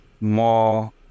more